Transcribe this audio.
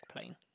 plane